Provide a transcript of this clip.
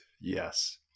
yes